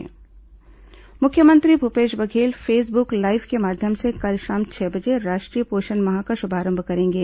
पोषण माह श्भारंभ मुख्यमंत्री भूपेश बघेल फेसबुक लाईव के माध्यम से कल शाम छह बजे राष्ट्रीय पोषण माह का शुभारंभ करेंगे